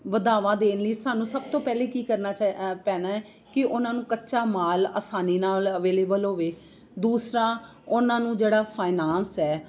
ਵਧਾਵਾ ਦੇਣ ਲਈ ਸਾਨੂੰ ਸਭ ਤੋਂ ਪਹਿਲਾਂ ਕੀ ਕਰਨਾ ਚਾ ਪੈਣਾ ਕਿ ਉਹਨਾਂ ਨੂੰ ਕੱਚਾ ਮਾਲ ਆਸਾਨੀ ਨਾਲ ਅਵੇਲੇਬਲ ਹੋਵੇ ਦੂਸਰਾ ਉਹਨਾਂ ਨੂੰ ਜਿਹੜਾ ਫਾਇਨਾਂਸ ਹੈ